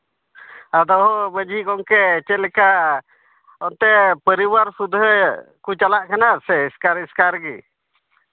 ᱟᱫᱚ ᱢᱟᱹᱡᱷᱤ ᱜᱚᱢᱠᱮ ᱪᱮᱫ ᱞᱮᱠᱟ ᱚᱱᱛᱮ ᱯᱚᱨᱤᱵᱟᱨ ᱥᱩᱫᱷᱟᱹᱜ ᱠᱚ ᱪᱟᱞᱟᱜ ᱠᱟᱱᱟ ᱥᱮ ᱮᱥᱠᱟᱨ ᱮᱥᱠᱟᱨ ᱜᱮ